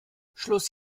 schluss